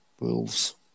Wolves